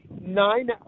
nine